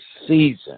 season